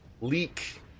leak